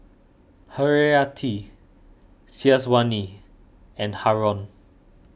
Haryati Syazwani and Haron